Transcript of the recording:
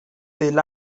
del